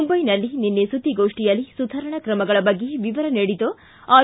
ಮುಂಬೈನಲ್ಲಿ ನಿನ್ನೆ ಸುದ್ಲಿಗೋಷ್ಟಿಯಲ್ಲಿ ಸುಧಾರಣಾ ಕ್ರಮಗಳ ಬಗ್ಗೆ ವಿವರ ನೀಡಿದ ಆರ್